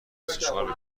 سشوار